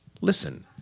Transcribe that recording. listen